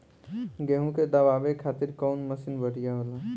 गेहूँ के दवावे खातिर कउन मशीन बढ़िया होला?